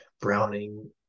browning